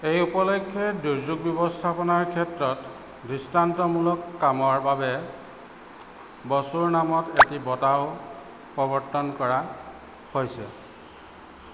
এই উপলক্ষে দুৰ্যোগ ব্যৱস্থাপনাৰ ক্ষেত্ৰত দৃষ্টান্তমূলক কামৰ বাবে বসুৰ নামত এটি বঁটাও প্ৰৱৰ্তন কৰা হৈছে